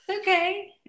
okay